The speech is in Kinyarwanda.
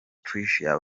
tricia